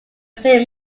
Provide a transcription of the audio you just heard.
save